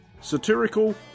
Satirical